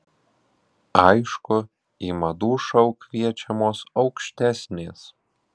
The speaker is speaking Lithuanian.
aišku į madų šou kviečiamos aukštesnės